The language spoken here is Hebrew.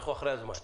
אנחנו אחרי הזמן.